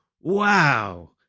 Wow